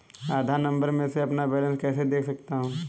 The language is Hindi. आधार नंबर से मैं अपना बैलेंस कैसे देख सकता हूँ?